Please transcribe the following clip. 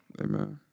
Amen